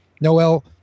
Noel